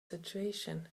situation